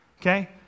Okay